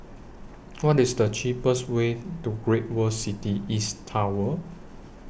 What IS The cheapest Way to Great World City East Tower